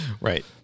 right